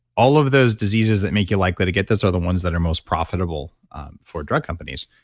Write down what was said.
all of those diseases that make you likely to get, those are the ones that are most profitable for drug companies.